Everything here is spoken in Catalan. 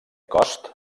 cost